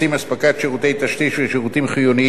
אספקת שירותי תשתית ושירותים חיוניים.